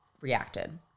reacted